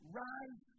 rise